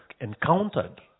encountered